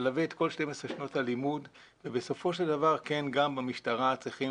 ותלווה את כל 12 שנות הלימוד וגם במשטרה צריכים